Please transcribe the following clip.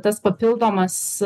tas papildomas